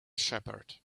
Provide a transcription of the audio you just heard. shepherd